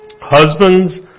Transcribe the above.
Husbands